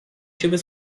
ciebie